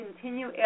continue